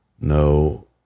no